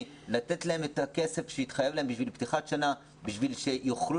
ולתת להם את הכסף שהובטח להם לפתיחת שנה בשביל שיוכלו